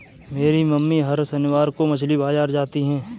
मेरी मम्मी हर शनिवार को मछली बाजार जाती है